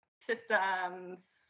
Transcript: systems